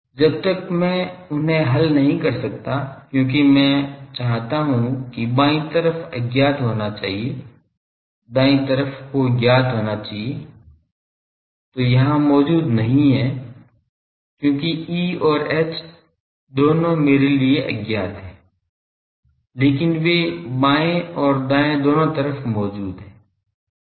जब तक मैं उन्हें हल नहीं कर सकता क्योंकि मैं चाहता हूं कि बाईं तरफ अज्ञात होना चाहिए दाएं तरफ को ज्ञात होना चाहिए जो यहां मौजूद नहीं है क्योंकि E और H दोनों मेरे लिए अज्ञात हैं लेकिन वे बाएं और दाएं दोनों तरफ मौजूद हैं